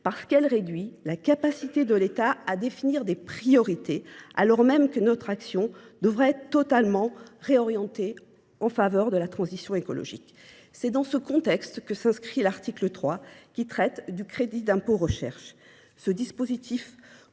: elle réduit la capacité de l’État à définir des priorités, alors même que notre action devrait être totalement réorientée en faveur de la transition écologique. C’est dans ce contexte que s’inscrit l’article 3, qui traite du crédit d’impôt recherche.